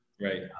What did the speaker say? Right